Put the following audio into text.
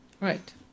Right